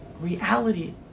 reality